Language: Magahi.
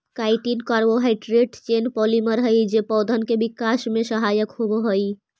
काईटिन कार्बोहाइड्रेट चेन पॉलिमर हई जे पौधन के विकास में सहायक होवऽ हई